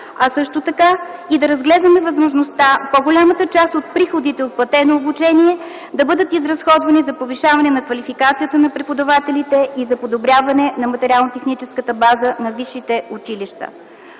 а също така и да разглеждаме възможността по-голямата част от приходите от платено обучение да бъдат изразходвани за повишаване на квалификацията на преподавателите и за подобряване на материално-техническата база на висшите училища.